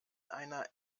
einer